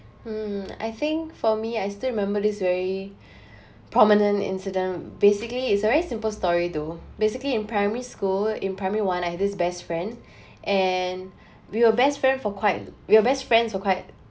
mm I think for me I still remembered this very prominent incident basically it's a very simple story though basically in primary school in primary one I have this best friend and we were best friend for quite we were best friends for quite